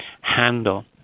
handle